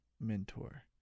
mentor